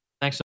Thanks